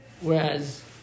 Whereas